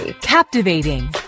Captivating